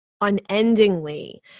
unendingly